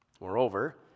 Moreover